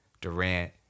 Durant